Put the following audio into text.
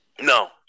No